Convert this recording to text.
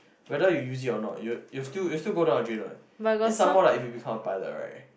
whether you use it or not it will it will still it will still go down the drain what then some more like if you become a pilot right